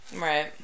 Right